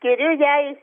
skiriu jai